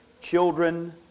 children